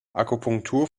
akupunktur